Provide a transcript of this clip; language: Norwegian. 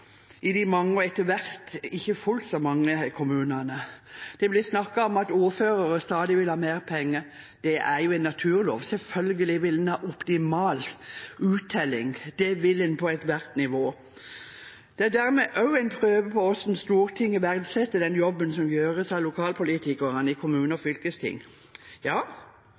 i de mange – og etter hvert ikke fullt så mange – kommunene. Det blir snakket om at ordførere stadig vil ha mer penger. Det er jo en naturlov. Selvfølgelig vil en ha optimal uttelling. Det vil en på ethvert nivå. Det er dermed også en prøve på hvordan Stortinget verdsetter den jobben som gjøres av lokalpolitikerne i kommunene og